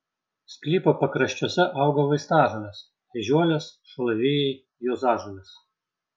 sklypo pakraščiuose auga vaistažolės ežiuolės šalavijai juozažolės